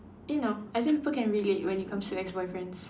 you know I think people can relate when it comes to ex-boyfriends